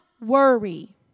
worry